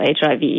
HIV